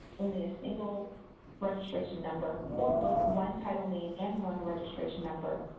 only a single registration number, or both one title name and one registration number,